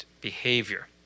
behavior